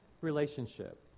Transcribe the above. relationship